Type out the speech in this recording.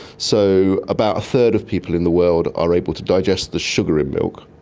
so about a third of people in the world are able to digest the sugar in milk.